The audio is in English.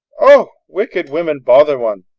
oh! wicked women bother one.